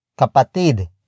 Kapatid